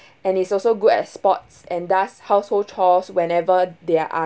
and it's also good at sports and thus household chores wherever they are